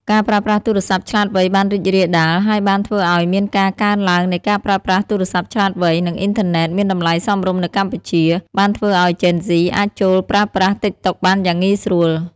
ការប្រើប្រាស់ទូរស័ព្ទឆ្លាតវៃបានរីករាលដាល ហើយបានធ្វើឲ្យមានការកើនឡើងនៃការប្រើប្រាស់ទូរស័ព្ទឆ្លាតវៃ និងអ៊ីនធឺណិតមានតម្លៃសមរម្យនៅកម្ពុជា បានធ្វើឱ្យជេនហ្ស៊ីអាចចូលប្រើប្រាស់តិកតុកបានយ៉ាងងាយស្រួល។